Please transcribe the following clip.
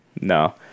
No